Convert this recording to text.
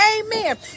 Amen